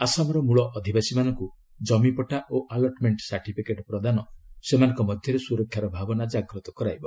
ଆସାମର ମୂଳ ଅଧିବାସୀମାନଙ୍କୁ ଜମିପଟ୍ଟା ଓ ଆଲଟ୍ମେଣ୍ଟ ସାର୍ଟିଫିକେଟ୍ ପ୍ରଦାନ ସେମାନଙ୍କ ମଧ୍ୟରେ ସୁରକ୍ଷାର ଭାବନା ଜାଗ୍ରତ କରାଇବ